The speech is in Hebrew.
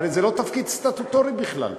הרי זה לא תפקיד סטטוטורי בכלל.